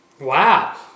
Wow